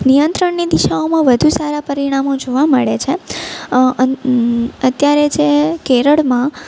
નિયંત્રણની દિશાઓમાં વધુ સારાં પરિણામો જોવા મળે છે અત્યારે જે કેરળમાં